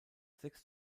sechs